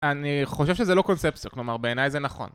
אני חושב שזה לא קונספטי, כלומר, בעיניי זה נכון.